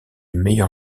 meilleur